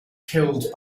killed